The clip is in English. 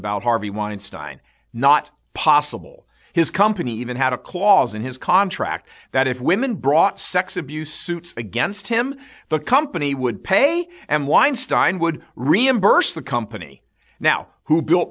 about harvey weinstein not possible his company even had a clause in his contract that if women brought sex abuse suits against him the company would pay and weinstein would reimburse the company now who built